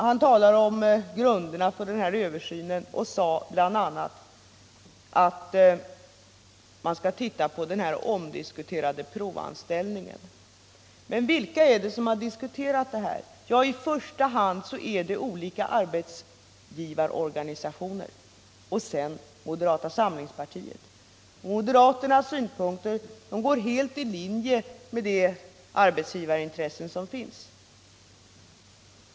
Han talade om grunden för en översyn och sade bl.a. att man skall se på den omdiskuterade provanställningen. Men vilka har diskuterat den? Jo, i första hand olika arbetsgivarorganisationer och sedan moderata samlingspartiet. Moderaternas synpunkter går helt i linje med det arbetsgivarintresse som finns.